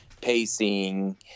pacing